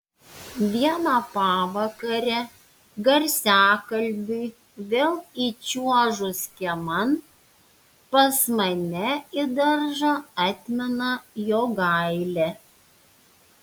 vieną pavakarę garsiakalbiui vėl įčiuožus kieman pas mane į daržą atmina jogailė